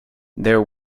there